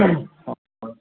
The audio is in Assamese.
হয়